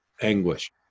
Anguish